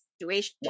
situation